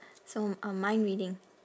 so uh mind reading